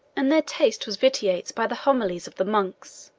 and their taste was vitiates by the homilies of the monks,